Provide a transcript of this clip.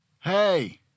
Hey